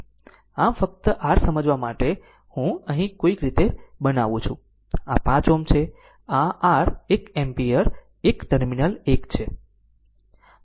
આમ ફક્ત r સમજવા માટે હું અહીં કોઈક રીતે બનાવું છું આ 5 Ω છે આ r એક એમ્પીયર 1 ટર્મિનલ 1 છે